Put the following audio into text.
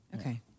Okay